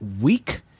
week